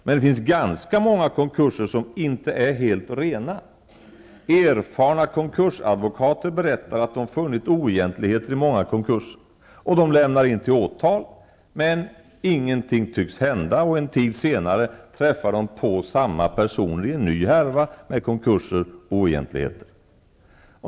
Men det finns ganska många konkurser som inte är helt ''rena''. Erfarna konkursadvokater berättar att de funnit oegentligheter i många konkurser. De lämnar in till åtal. Men ingenting tycks hända, och en tid senare träffar de på samma personer i en ny härva med konkurser och oegentligheter.